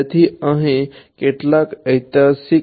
તેથી અહિયાં કેટલાક ઐતિહાસિક નામ છે